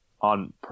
on